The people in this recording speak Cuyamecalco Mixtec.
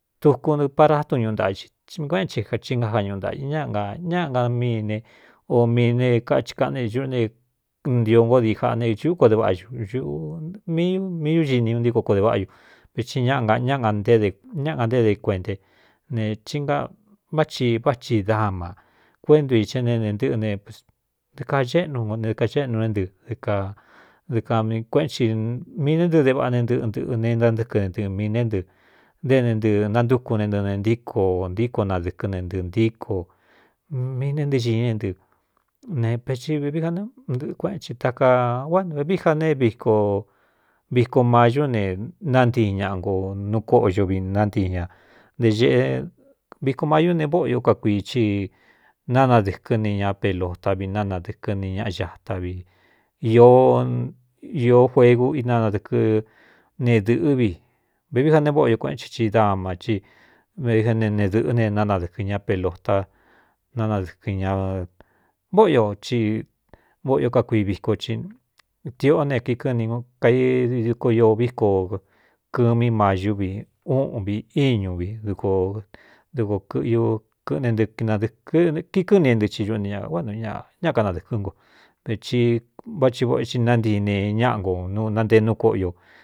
Tuku ntɨ para tun ñuꞌu ntaꞌa i i i kuéꞌen i inga já ñuꞌu ntaꞌa i ña na ñáꞌa nga mii ne o mi ne kahi kaꞌne ñuꞌú ne ntio ngo dii jaꞌa ne úko de váꞌa ñu ꞌummi ñúini un ntíko ko de váꞌañu veti ñaꞌa na ññáꞌa ga nté de kuentae ne ina vá thi vá thi dáma kuéntu ī é ne e nɨꞌɨ ne dikaaxéꞌnu n ne dɨkaxéꞌnu né ntɨ kadɨakuéꞌn cimiī né ntɨ de vāꞌa ne ntɨꞌɨntɨꞌɨ ne ntántɨ́kɨ ne nɨ mī ne ɨ nténntɨ nantúku ne ntɨ ne ntíko ntíko nadɨ̄kɨn ne nɨꞌɨntíko mi ne ntɨɨ ñini é ntɨ neveti vēvií ja ne ntɨꞌɨ kuéꞌen ci taka kuánvvií ja ne vkviko mayú ne nántii ñaꞌa nko nú kóꞌoyuvi nántii ña nte eꞌe viko mayú ne vóꞌo ió ka kuii ci nánadɨ̄kɨ́n ni ña pelota vi nánadɨ̄kɨ́n ni ñaꞌ xata vi ī īó juegu inanadɨ̄kɨ́ nedɨ̄ꞌɨ́ vi vēvií ja ne vóꞌ io kuéꞌen chi ci dama í vi ne dɨ̄ꞌɨ́ ne nánadɨ̄kɨn ña pelota nánadɨkɨn ña vóꞌo io ti vóꞌo ió ka kuii viko tiꞌó ne kikɨ́n n kaidiko io víko kɨɨmí mayúvi úꞌn vi íñu vi dk dɨko kɨꞌu kɨꞌɨne nɨɨ adɨkɨ́kikɨ́n ni é ntɨ i ñuꞌ ni ñā kuáꞌ n ñáꞌ kanadɨ̄kɨ́ nko veti vá ti vꞌ i nántii ne ñáꞌa ko nantee nú kóꞌo yo.